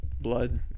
blood